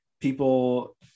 people